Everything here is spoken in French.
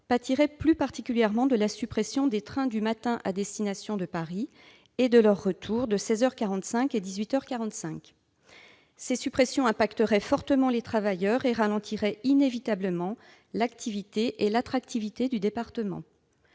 -pâtirait plus particulièrement de la suppression des trains du matin à destination de Paris et des trains pour le retour de 16 heures 45 et de 18 heures 45. Cette suppression affecterait fortement les travailleurs et réduirait inévitablement l'activité et l'attractivité du département.